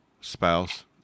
spouse